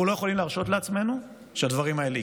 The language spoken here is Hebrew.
אנחנו לא יכולים להרשות לעצמנו שהדברים האלה יקרו,